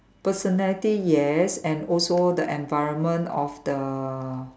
personality yes and also the environment of the